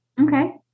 Okay